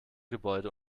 gebäude